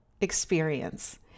experience